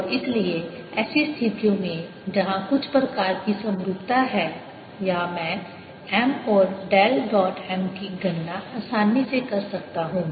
और इसलिए ऐसी स्थितियों में जहां कुछ प्रकार की समरूपता है या मैं M और डेल डॉट M की गणना आसानी से कर सकता हूं